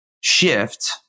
shift